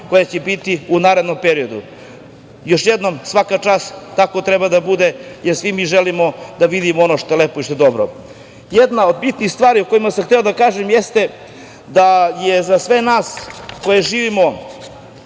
koja će biti u narednom periodu. Još jednom, svaka čast, tako treba da bude, jer svi mi želimo da vidimo ono što je lepo i što je dobro. Jedna od bitnijih stvari o kojima sam hteo nešto da kažem jeste da je za sve nas koji živimo